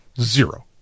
Zero